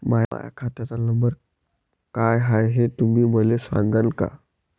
माह्या खात्याचा नंबर काय हाय हे तुम्ही मले सागांन का?